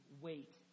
wait